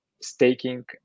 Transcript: staking